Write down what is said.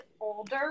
older